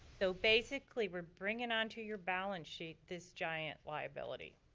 so basically we're bringing on to your balance sheet this giant liability.